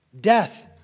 Death